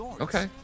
Okay